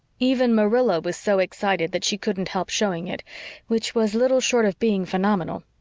even marilla was so excited that she couldn't help showing it which was little short of being phenomenal.